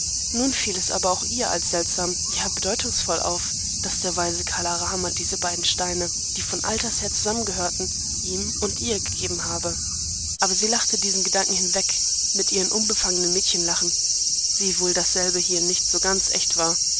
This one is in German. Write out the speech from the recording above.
nun fiel es aber auch ihr als seltsam ja bedeutungsvoll auf daß der weise kala rama diese beiden steine die von alters her zusammengehörten ihm und ihr gegeben habe aber sie lachte diesen gedanken hinweg mit ihrem unbefangenen mädchenlachen wiewohl dasselbe hier nicht so ganz echt war